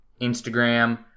Instagram